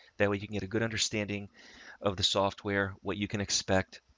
that we can get a good understanding of the software. what you can expect.